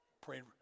praying